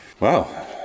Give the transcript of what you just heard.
Wow